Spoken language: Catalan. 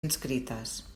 inscrites